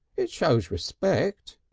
it shows respect,